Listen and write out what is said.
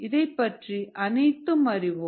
இதைப்பற்றி அனைத்தும் அறிவோம்